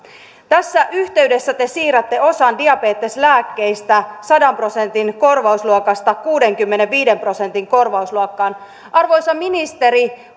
tässä yhteydessä te siirrätte osan diabeteslääkkeistä sadan prosentin korvausluokasta kuudenkymmenenviiden prosentin korvausluokkaan arvoisa ministeri